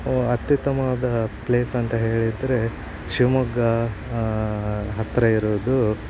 ಅತ್ಯುತ್ತಮವಾದ ಪ್ಲೇಸ್ ಅಂತ ಹೇಳಿದರೆ ಶಿವಮೊಗ್ಗ ಹತ್ತಿರ ಇರೋದು